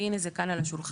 והנה זה כאן על השולחן.